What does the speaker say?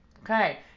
Okay